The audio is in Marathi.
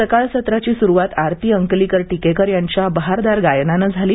सकाळ सत्राची सुरुवात आरती अंकलीकर टिकेकर यांच्या बहारदार गायनाने झाली